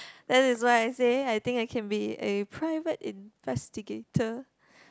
that is why I say I think I can be a private investigator